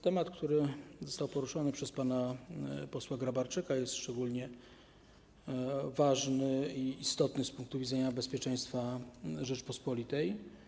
Temat, który został poruszony przez pana posła Grabarczyka, jest szczególnie ważny i istotny z punktu widzenia bezpieczeństwa Rzeczypospolitej.